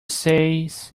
says